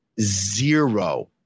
zero